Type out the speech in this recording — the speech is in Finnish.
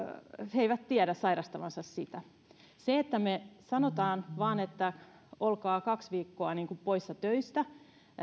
he eivät tiedä sairastavansa koronaa se että me sanomme vain että olkaa kaksi viikkoa poissa töistä